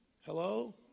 Hello